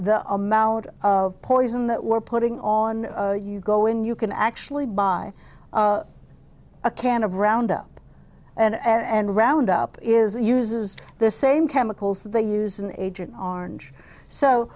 the amount of poison that we're putting on you go in you can actually buy a can of round up and round up is it uses the same chemicals they use an agent orange so